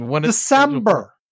December